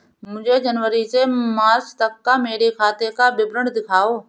मुझे जनवरी से मार्च तक मेरे खाते का विवरण दिखाओ?